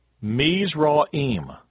Mizraim